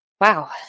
Wow